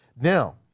Now